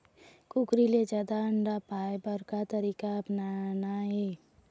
कुकरी से जादा अंडा पाय बर का तरीका अपनाना ये?